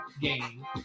game